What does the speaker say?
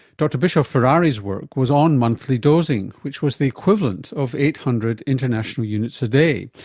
dr bischoff-ferrari's work was on monthly dosing, which was the equivalent of eight hundred international units a day.